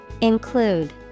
Include